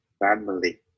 family